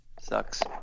Sucks